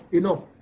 enough